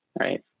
Right